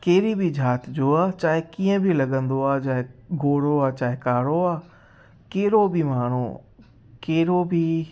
कहिड़ी बि जात जो आहे चाहे कीअं बि लॻंदो आहे चाहे गोरो आहे चाहे कारो आहे कहिड़ो बि माण्हू कहिड़ो बि